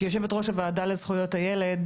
כיושבת-ראש הוועדה לזכויות הילד,